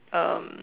um